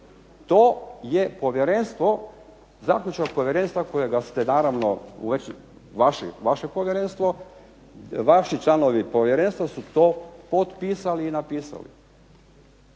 To je zaključak povjerenstva kojega ste naravno, vaše povjerenstvo, vaši članovi povjerenstva su to potpisali i napisali.